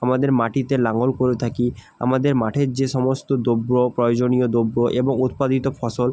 আমাদের মাটিতে লাঙল করে থাকি আমাদের মাঠের যে সমস্ত দ্রব্য প্রয়োজনীয় দ্রব্য এবং উৎপাদিত ফসল